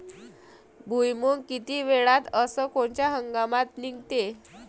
भुईमुंग किती वेळात अस कोनच्या हंगामात निगते?